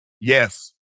Yes